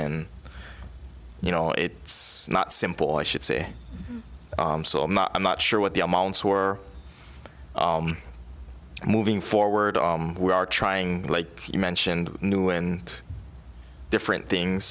in you know it's not simple i should say i'm not sure what the amounts were moving forward we are trying like you mentioned new and different things